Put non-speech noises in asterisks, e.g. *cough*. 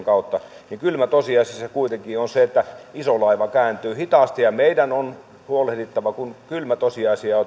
*unintelligible* kautta niin kylmä tosiasia kuitenkin on se että iso laiva kääntyy hitaasti meidän on huolehdittava viennistä kun kylmä tosiasia on *unintelligible*